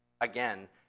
again